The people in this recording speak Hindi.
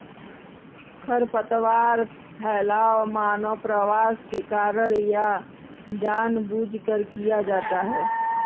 खरपतवार फैलाव मानव प्रवास के कारण या जानबूझकर किया जाता हैं